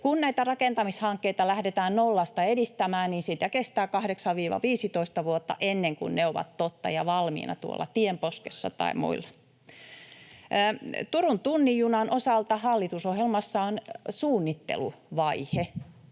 Kun näitä rakentamishankkeita lähdetään nollasta edistämään, niin kestää 8—15 vuotta ennen kuin ne ovat totta ja valmiina tuolla tienposkessa tai muualla. Turun tunnin junan osalta hallitusohjelmassa on suunnitteluvaihe.